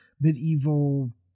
medieval